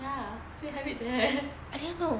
ya so they have it there